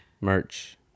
Merch